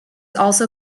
also